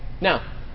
Now